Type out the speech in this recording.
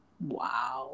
Wow